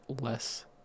less